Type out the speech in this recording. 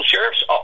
sheriff's